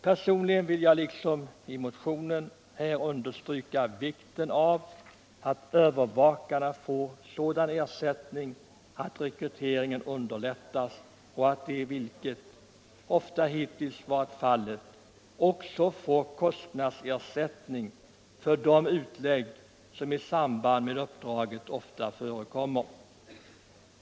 Personligen vill jag här, liksom i motionen, understryka vikten av att övervakarna får sådan ersättning att rekryteringen underlättas och att de — vilket ofta hittills varit fallet — också får kostnadsersättning för de utlägg som många gånger förekommer i samband med uppdraget.